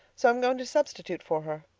so i'm going to substitute for her.